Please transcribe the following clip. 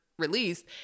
Released